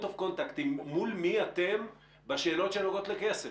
מול מי אתם עובדים בשאלות שנוגעות לכסף?